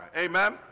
amen